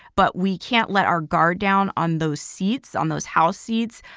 but we can't let our guard down on those seats, on those house seats,